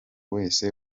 wese